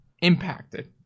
Impacted